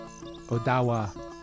Odawa